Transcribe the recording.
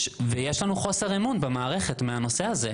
יש לנו חוסר אמון במערכת בנושא הזה,